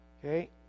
Okay